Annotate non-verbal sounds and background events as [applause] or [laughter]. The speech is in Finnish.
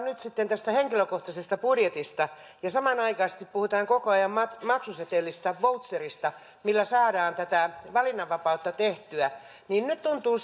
[unintelligible] nyt sitten tästä henkilökohtaisesta budjetista ja samanaikaisesti puhutaan koko ajan maksusetelistä voucherista millä saadaan tätä valinnanvapautta tehtyä nyt tuntuu [unintelligible]